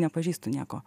nepažįstu nieko